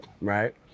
right